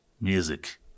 music